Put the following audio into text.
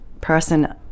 person –